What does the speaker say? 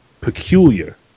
peculiar